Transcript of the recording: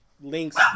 links